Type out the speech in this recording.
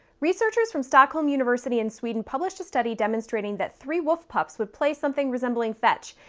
researchers from stockholm university in sweden published a study demonstrating that three wolf pups would play something resembling fetch,